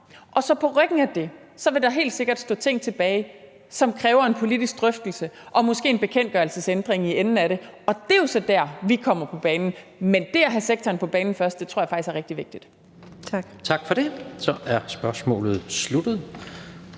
Og på ryggen af det vil der helt sikkert stå ting tilbage, som kræver en politisk drøftelse og måske en bekendtgørelsesændring i enden af det, og det er jo så der, vi kommer på banen. Men det at have sektoren på banen først tror jeg faktisk er rigtig vigtigt. Kl. 16:31 Tredje